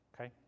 Okay